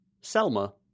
Selma